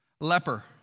leper